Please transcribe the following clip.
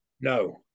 No